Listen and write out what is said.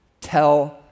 Tell